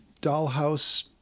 dollhouse